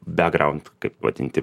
bekgraund kaip vadinti